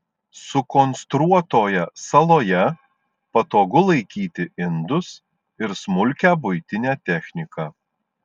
sukonstruotoje saloje patogu laikyti indus ir smulkią buitinę techniką